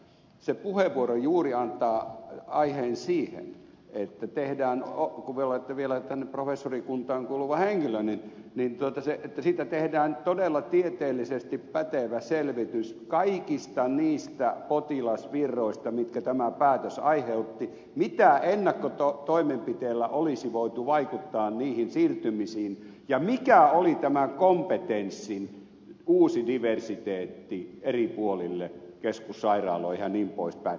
asko seljavaara se puheenvuoro juuri antaa aiheen siihen kun olette vielä tänne professorikuntaan kuuluva henkilö että tehdään todella tieteellisesti pätevä selvitys kaikista niistä potilasvirroista mitkä tämä päätös aiheutti mitä ennakkotoimenpiteillä olisi voitu vaikuttaa niihin siirtymisiin ja mikä oli tämä kompetenssin uusi diversiteetti eri puolille keskussairaaloihin jnp